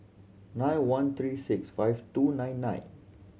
nine one three six five two nine nine